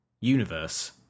universe